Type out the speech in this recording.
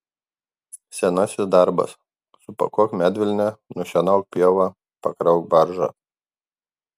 senasis darbas supakuok medvilnę nušienauk pievą pakrauk baržą